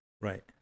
Right